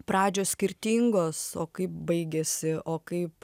pradžios skirtingos o kaip baigėsi o kaip